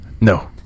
No